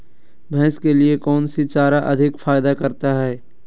भैंस के लिए कौन सी चारा अधिक फायदा करता है?